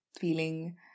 feeling